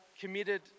committed